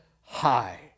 high